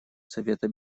совета